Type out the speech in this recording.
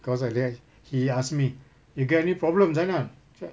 cause like that he asked me you got any problems or not